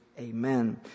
Amen